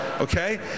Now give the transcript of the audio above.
okay